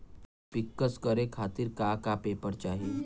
पिक्कस करे खातिर का का पेपर चाही?